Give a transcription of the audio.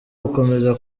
gukomeza